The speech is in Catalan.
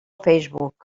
facebook